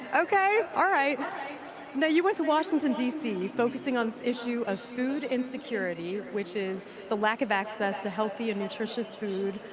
okay, all right. now you went to washington dc focusing on this issue of food insecurity, which is the lack of access to healthy and nutritious food.